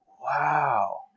wow